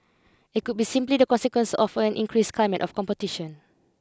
it could be simply the consequence of an increased climate of competition